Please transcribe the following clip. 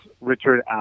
Richard